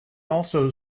also